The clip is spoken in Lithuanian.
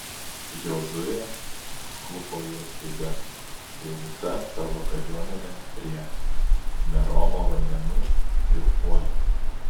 jozuė užklupo juos staiga su visa savo kariuomene prie meromo vandenų ir puolė